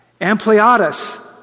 Ampliatus